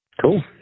Cool